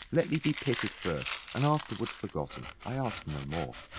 let me be pitied first, and afterwards forgotten. i ask no more.